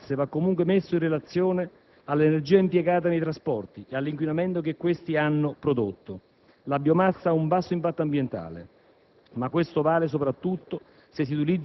Anche il beneficio dell'utilizzo di biomasse va comunque messo in relazione all'energia impiegata nei trasporti e all'inquinamento che questi hanno prodotto. La biomassa ha un basso impatto ambientale,